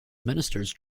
ministers